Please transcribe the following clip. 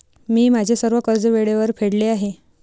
मी माझे सर्व कर्ज वेळेवर फेडले आहे